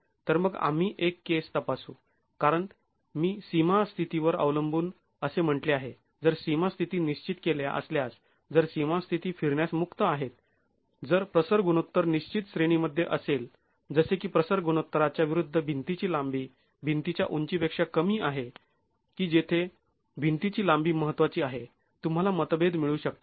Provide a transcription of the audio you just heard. तर मग आम्ही एक केस तपासू कारण मी सीमा स्थितीवर अवलंबून असे म्हंटले आहे जर सीमा स्थिती निश्चित केल्या असल्यास जर सीमा स्थिती फिरण्यास मुक्त आहेत जर प्रसर गुणोत्तर निश्चित श्रेणीमध्ये असेल जसे की प्रसर गुणोत्तराच्या विरुद्ध भिंतीची लांबी भिंतीच्या उंचीपेक्षा कमी आहे की जेथे भिंतीची लांबी महत्त्वाची आहे तुंम्हाला मतभेद मिळू शकतात